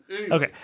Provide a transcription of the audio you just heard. Okay